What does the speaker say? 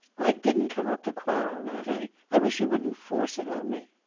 i didn't come up to quarrel, natalie. i wish you wouldn't force it on me.